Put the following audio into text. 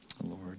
Lord